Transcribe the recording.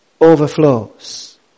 overflows